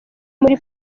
muri